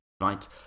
Right